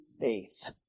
faith